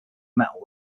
metal